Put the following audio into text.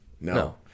No